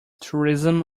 tourism